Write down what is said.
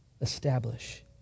establish